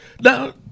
Now